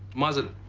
mazel.